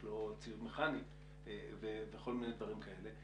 יש לו ציוד מכני וכל מיני דברים כאלה,